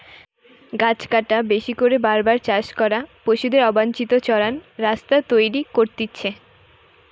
গাছ কাটা, বেশি করে বার বার চাষ করা, পশুদের অবাঞ্চিত চরান রাস্তা তৈরী করতিছে